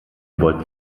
wollt